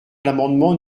l’amendement